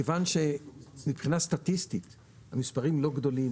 מכיוון שמבחינה סטטיסטית המספרים לא גדולים,